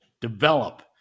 develop